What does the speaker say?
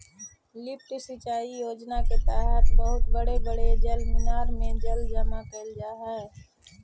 lift सिंचाई योजना के तहत बहुत बड़े बड़े जलमीनार में जल जमा कैल जा हई